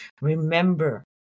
remember